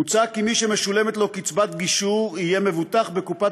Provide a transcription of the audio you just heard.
מוצע כי מי שמשולמת לו קצבת גישור יהיה מבוטח בקופת